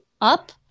up